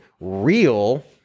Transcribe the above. real